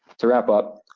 to wrap up,